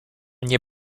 nie